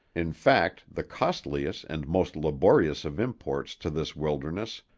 in fact the costliest and most laborious of imports to this wilderness,